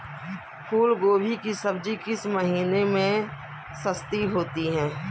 फूल गोभी की सब्जी किस महीने में सस्ती होती है?